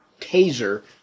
Taser